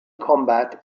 combat